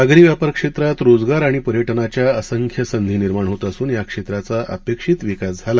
सागरी व्यापार क्षेत्रात रोजगार आणि पर्यटनाच्या असंख्य संधी निर्माण होत असन या क्षेत्राचा अपेक्षित विकास झाला